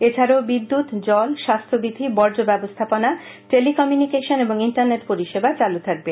এছাড়াও বিদ্যুৎ জল স্বাস্থ্যবিধি বর্জ্য ব্যবস্থাপনা টেলিকমিউনিকেশন ও ইন্টারনেট পরিষেবা চালু খাকবে